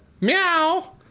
Meow